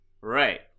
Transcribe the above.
Right